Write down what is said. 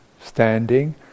standing